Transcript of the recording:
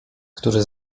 którzy